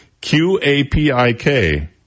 Q-A-P-I-K